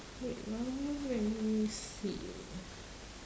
wait ah let me see